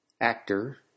actor